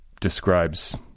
describes